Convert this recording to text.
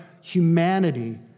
humanity